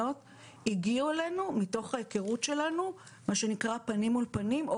שהגיעו אלינו מתוך ההיכרות שלנו פנים מול פנים או